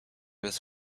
was